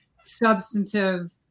substantive